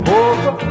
over